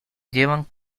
llevan